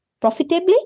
profitably